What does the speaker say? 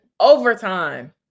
overtime